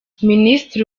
minisitiri